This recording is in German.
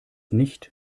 nicht